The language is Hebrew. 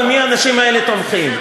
במי האנשים האלה תומכים.